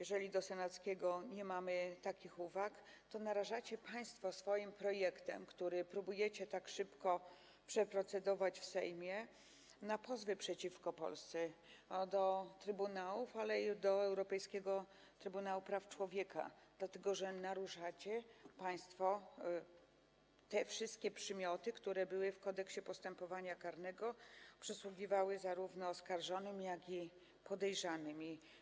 W sytuacji gdy do senackiego projektu nie mamy takich uwag, narażacie państwo swoim projektem, który próbujecie tak szybko przeprocedować w Sejmie, na pozwy przeciwko Polsce do trybunałów, ale i do Europejskiego Trybunału Praw Człowieka, dlatego że naruszacie państwo te wszystkie przymioty, które na mocy Kodeksu postępowania karnego przysługiwały zarówno oskarżonym, jak i podejrzanym.